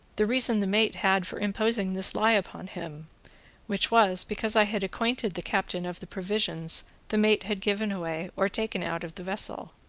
the reason the mate had for imposing this lie upon him which was, because i had acquainted the captain of the provisions the mate had given away or taken out of the vessel.